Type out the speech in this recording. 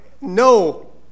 No